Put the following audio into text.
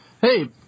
Hey